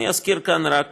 אני אזכיר כאן רק